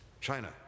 china